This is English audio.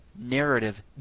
narrative